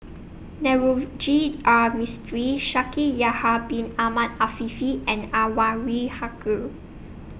Navroji R Mistri Shaikh Yahya Bin Ahmed Afifi and Anwarul Haque